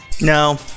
no